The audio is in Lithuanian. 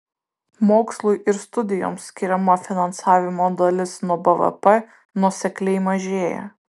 mokslui ir studijoms skiriama finansavimo dalis nuo bvp nuosekliai mažėja